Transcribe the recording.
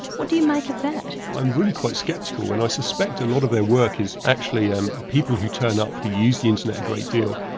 what do you make of that? i'm really quite sceptical and i suspect a lot of their work is actually people who turn up who use the internet a great deal.